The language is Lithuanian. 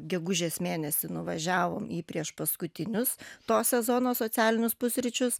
gegužės mėnesį nuvažiavom į prieš paskutinius to sezono socialinius pusryčius